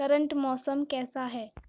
current موسم کیسا ہے